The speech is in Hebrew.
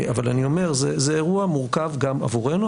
זה אירוע מורכב גם עבורנו,